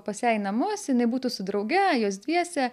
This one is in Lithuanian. pas ją į namus jinai būtų su drauge jos dviese